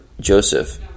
Joseph